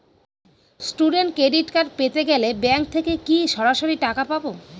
Student credit card পেতে গেলে bank থেকে কি সরাসরি টাকা পাবো?